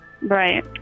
Right